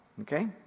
okay